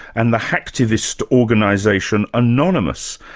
and the hacktivist organisation anonymous,